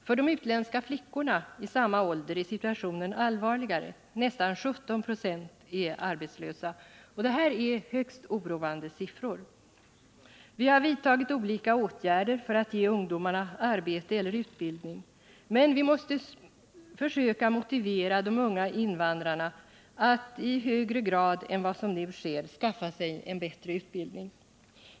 För de utländska flickorna i samma ålder är situationen allvarligare — nästan 17 96 är arbetslösa. Det är högst oroväckande siffror. Vi har vidtagit olika åtgärder för att ge ungdomarna arbete efter utbildning, men vi måste söka motivera de unga invandrarna att i högre grad än vad som nu sker skaffa sig en bättre utbildning.